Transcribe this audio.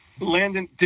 Landon